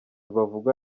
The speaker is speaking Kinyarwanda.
bavugwa